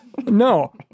no